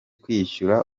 kwishyura